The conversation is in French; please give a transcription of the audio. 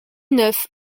neuf